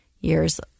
years